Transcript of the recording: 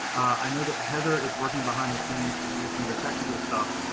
i know that heather is working behind the scenes to do some of the technical stuff.